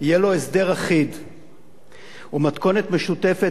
יהיה לו הסדר אחיד ותהיה מתכונת משותפת